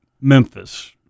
Memphis